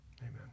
Amen